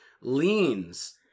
leans